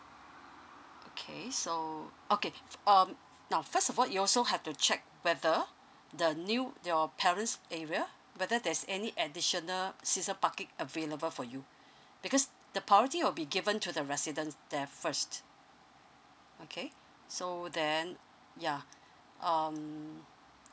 okay so okay um now first of all you also have to check whether the new your parents area whether there's any additional season parking available for you because the priority will be given to the residents there first okay so then yeah um